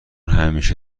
همیشه